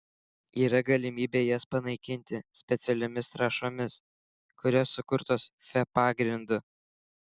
yra galimybė jas panaikinti specialiomis trąšomis kurios sukurtos fe pagrindu